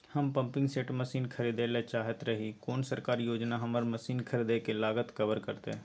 हम pumping set machine खरीदैय ल चाहैत रही कोन सरकारी योजना हमर मसीन खरीदय के लागत कवर करतय?